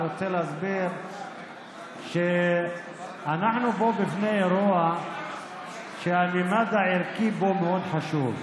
אני רוצה להסביר שאנחנו פה בפני אירוע שהממד הערכי בו מאוד חשוב,